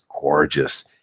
gorgeous